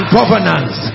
governance